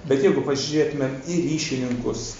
bet jeigu pažiūrėtumėm į ryšininkus